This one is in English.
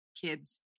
kids